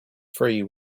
free